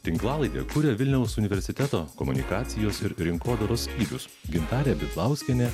tinklalaidę kuria vilniaus universiteto komunikacijos ir rinkodaros skyrius gintarė bidlauskienė